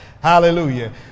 Hallelujah